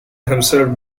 himself